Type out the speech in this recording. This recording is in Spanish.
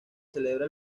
celebra